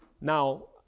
Now